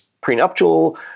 prenuptial